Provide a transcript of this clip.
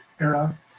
era